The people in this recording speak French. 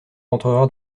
rentrera